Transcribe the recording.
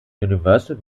universal